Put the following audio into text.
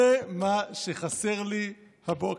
זה מה שחסר לי הבוקר.